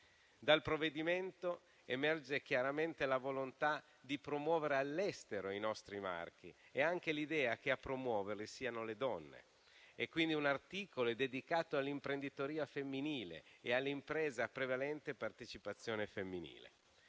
Dal provvedimento emerge chiaramente la volontà di promuovere all'estero i nostri marchi e anche l'idea che a promuoverli siano le donne e quindi un articolo è dedicato all'imprenditoria femminile e all'impresa a prevalente partecipazione femminile.